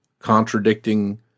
contradicting